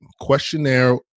questionnaire